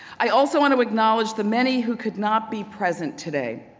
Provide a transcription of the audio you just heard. i also wanna acknowledge the many who could not be present today.